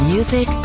Music